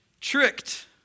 tricked